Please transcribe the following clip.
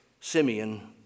Simeon